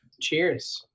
Cheers